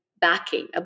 backing